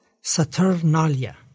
Saturnalia